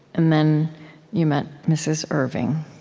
and then you met mrs. irving,